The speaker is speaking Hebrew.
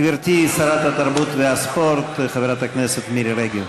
גברתי שרת התרבות והספורט חברת הכנסת מירי רגב.